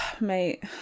Mate